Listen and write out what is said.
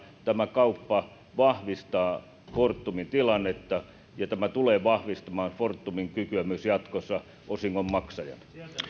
tämä kauppa vahvistaa fortumin tilannetta ja tämä tulee vahvistamaan fortumin kykyä myös jatkossa osingonmaksajana